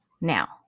Now